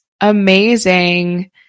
Amazing